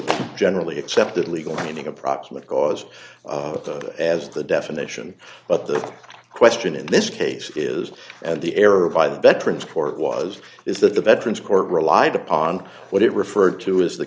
the generally accepted legal meaning of proximate cause as the definition but the question in this case is and the error by the veterans court was is that the veterans court relied upon what it referred to as the